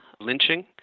lynching